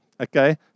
Okay